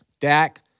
Dak